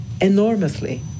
enormously